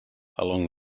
along